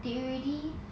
they already